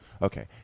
Okay